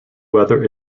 weather